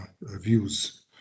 views